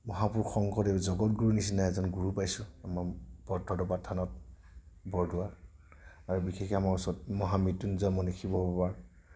মহাপুৰুষ শংকৰদেৱ জগত গুৰুৰ নিচিনা এজন গুৰু পাইছোঁ আমাৰ বটদ্ৰৱা থানত বৰদোৱা আৰু বিশেষকৈ আমাৰ ওচৰত মহামৃত্যুঞ্জয় মানে শিৱ বাবাৰ